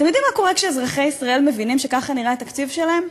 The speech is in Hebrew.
אתם יודעים מה קורה כשאזרחי ישראל מבינים שככה נראה התקציב שלהם?